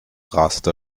raste